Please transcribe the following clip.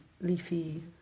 leafy